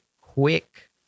quick